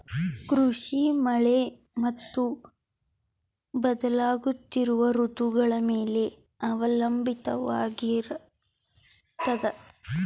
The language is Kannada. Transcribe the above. ಕೃಷಿ ಮಳೆ ಮತ್ತು ಬದಲಾಗುತ್ತಿರುವ ಋತುಗಳ ಮೇಲೆ ಅವಲಂಬಿತವಾಗಿರತದ